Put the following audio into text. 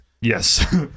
Yes